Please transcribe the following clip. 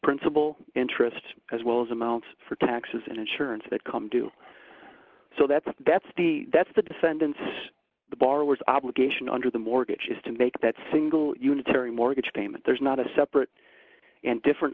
principal interest as well as amounts for taxes and insurance that come due so that's that's the that's the defendants the borrowers obligation under the mortgage is to make that single unitary mortgage payment there's not a separate and different